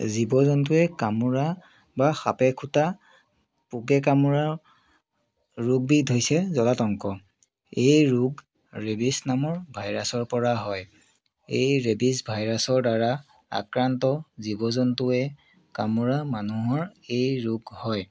জীৱ জন্তুৱে কামোৰা বা সাপে খোটা পোকে কামোৰা ৰোগবিধ হৈছে জলাতংক এই ৰোগ ৰেবিছ নামৰ ভাইৰাছৰ পৰা হয় এই ৰেবিছ ভাইৰাছৰ দ্বাৰা আক্ৰান্ত জীৱ জন্তুৱে কামোৰা মানুহৰ এই ৰোগ হয়